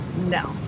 no